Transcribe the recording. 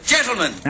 Gentlemen